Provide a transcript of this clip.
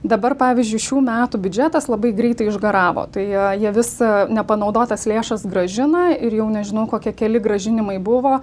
dabar pavyzdžiui šių metų biudžetas labai greitai išgaravo tai jie visą nepanaudotas lėšas grąžina ir jau nežinau kokie keli grąžinimai buvo